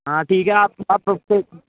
हाँ ठीक है आप आप